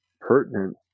pertinent